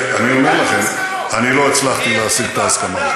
אני אומר לכם: אני לא הצלחתי להשיג את ההסכמה.